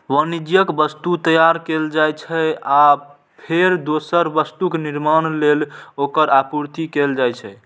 वाणिज्यिक वस्तु तैयार कैल जाइ छै, आ फेर दोसर वस्तुक निर्माण लेल ओकर आपूर्ति कैल जाइ छै